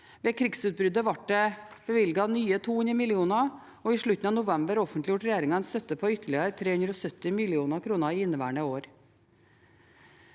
Ved krigsutbruddet ble det bevilget nye 200 mill. kr, og i slutten av november offentliggjorde regjeringen en støtte på ytterligere 370 mill. kr i inneværende år.